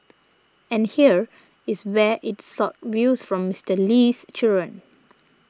and here is where it sought views from Mister Lee's children